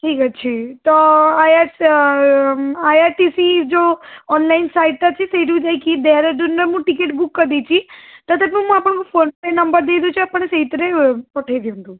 ଠିକ୍ ଅଛି ତ I R I R T C ଯେଉଁ ଅନଲାଇନ୍ ସାଇଟ୍ ଅଛି ସେଇଠି କି ଯାଇକି ଡେରାଡ଼ୁନରେ ମୁଁ ଟିକେଟ୍ ବୁକ୍ କରି ଦେଇଛି ତଥାପି ମୁଁ ଆପଣଙ୍କୁ ଫୋନ୍ପେ ନମ୍ବର୍ ଦେଇ ଦେଉଛି ସେଇଥିରେ ପଠାଇ ଦିଅନ୍ତୁ